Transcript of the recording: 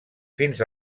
fins